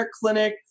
clinic